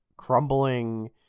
crumbling